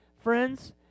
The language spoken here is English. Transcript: Friends